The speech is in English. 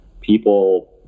people